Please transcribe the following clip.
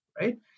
right